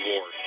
War